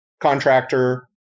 contractor